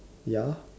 ya